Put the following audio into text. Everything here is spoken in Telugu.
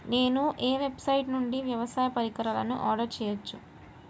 నేను ఏ వెబ్సైట్ నుండి వ్యవసాయ పరికరాలను ఆర్డర్ చేయవచ్చు?